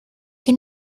que